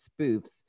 spoofs